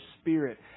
spirit